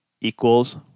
equals